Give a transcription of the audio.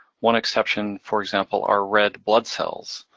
one exception for example are red blood cells.